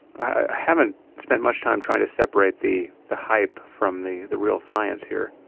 i haven't spent much time trying to separate the the hype from the the real science here.